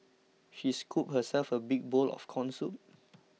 she scooped herself a big bowl of Corn Soup